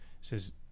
says